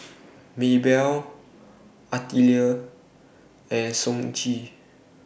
Maebell Artelia and Sonji